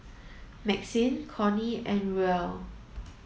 Maxine Cornie and Ruel